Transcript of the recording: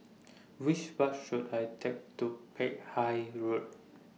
Which Bus should I Take to Peck Hay Road